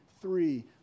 three